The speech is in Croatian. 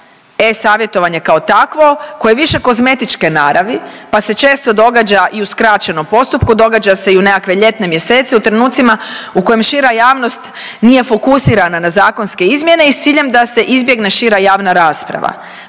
e-Savjetovanje kao takvo koje je više kozmetičke naravi pa se često događa i u skraćenom postupku, događa se i u nekakve ljetne mjesece u trenucima u kojem šira javnost nije fokusirana na zakonske izmjene i s ciljem da se izbjegne šira javna rasprava.